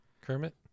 Kermit